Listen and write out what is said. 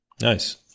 Nice